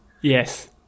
Yes